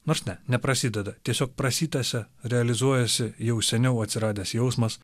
nors ne neprasideda tiesiog prasitęsia realizuojasi jau seniau atsiradęs jausmas